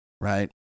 right